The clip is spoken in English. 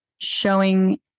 showing